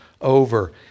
over